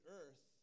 earth